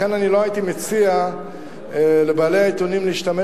לכן לא הייתי מציע לבעלי העיתונים להשתמש